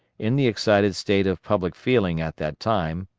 in the excited state of public feeling at that time,